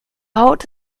haut